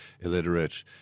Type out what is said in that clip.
illiterate